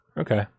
Okay